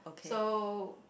so